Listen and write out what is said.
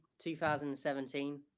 2017